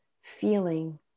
feeling